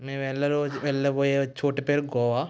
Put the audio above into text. మేము వెళ్ళరోజు వెళ్ళబోయే చోటు పేరు గోవా